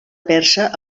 persa